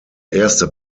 erste